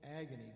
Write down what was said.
agony